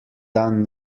dan